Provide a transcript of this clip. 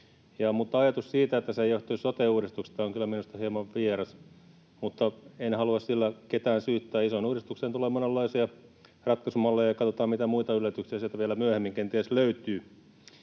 ajatus siitä, että se ei johtuisi sote-uudistuksesta, on kyllä minusta hieman vieras. Mutta en halua sillä ketään syyttää. Isoon uudistukseen tulee monenlaisia ratkaisumalleja. Katsotaan, mitä muita yllätyksiä sieltä vielä myöhemmin kenties löytyy.